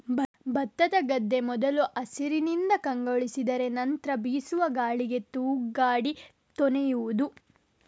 ಭತ್ತದ ಗದ್ದೆ ಮೊದಲು ಹಸಿರಿನಿಂದ ಕಂಗೊಳಿಸಿದರೆ ನಂತ್ರ ಬೀಸುವ ಗಾಳಿಗೆ ತೂಗಾಡಿ ತೊನೆಯುವುದು